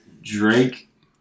Drake